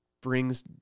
brings